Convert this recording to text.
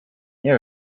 nie